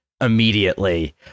Immediately